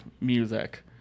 music